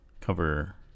cover